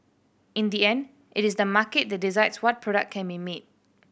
in the end it is the market that decides what product can be made